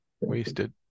wasted